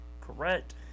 correct